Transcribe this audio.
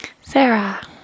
Sarah